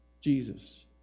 Jesus